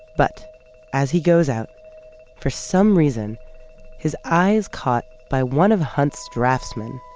but as he goes out for some reason his eye is caught by one of hunt's draftsman,